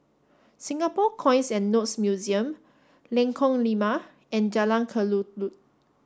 Singapore Coins and Notes Museum Lengkong Lima and Jalan Kelulut